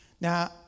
Now